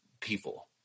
people